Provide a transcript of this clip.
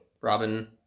Robin